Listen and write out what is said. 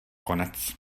konec